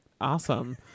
Awesome